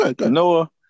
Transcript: Noah